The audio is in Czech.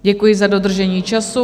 Děkuji za dodržení času.